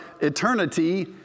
eternity